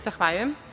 Zahvaljujem.